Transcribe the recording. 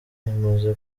imaze